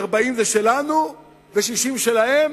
40 זה שלנו ו-60 שלהם?